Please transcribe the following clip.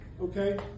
okay